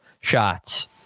shots